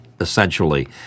Essentially